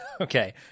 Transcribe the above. okay